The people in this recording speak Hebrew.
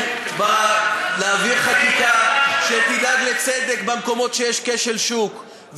להעביר חקיקה שתדאג לצדק במקומות שיש כשל שוק.